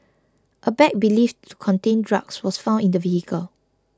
a bag believed to contain drugs was found in the vehicle